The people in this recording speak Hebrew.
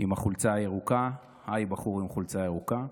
עם החולצה הירוקה, היי, בחור עם חולצה ירוקה.